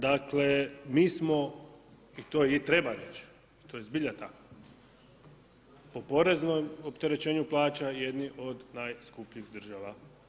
Dakle mi smo i to i treba reći i to je zbilja tako po poreznom opterećenju plaća jedni od najskupljih država.